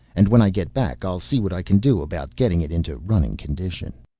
and when i get back i'll see what i can do about getting it into running condition.